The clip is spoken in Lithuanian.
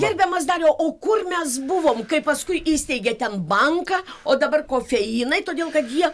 gerbiamas dariau o kur mes buvom kai paskui įsteigė ten banką o dabar kofeinai todėl kad jie